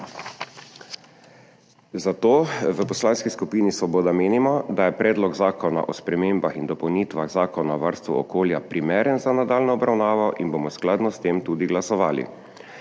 Zato v Poslanski skupini Svoboda menimo, da je Predlog zakona o spremembah in dopolnitvah Zakona o varstvu okolja primeren za nadaljnjo obravnavo, in bomo skladno s tem tudi glasovali.